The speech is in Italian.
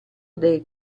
dei